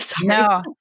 No